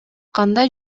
кандай